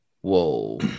Whoa